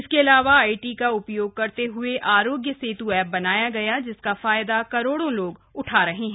इसके अलावा आईटी का उपयोग करते हुए आरोग्य सेतु एप बनाया गया जिसका फायदा करोड़ो लोग उठा रहे हैं